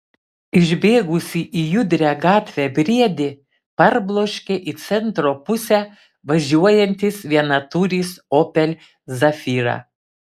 išbėgusį į judrią gatvę briedį parbloškė į centro pusę važiuojantis vienatūris opel zafira